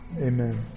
Amen